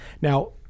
now